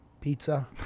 Pizza